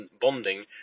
bonding